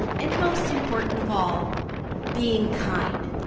and most important of all being kind.